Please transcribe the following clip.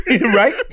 right